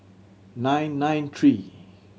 nine nine three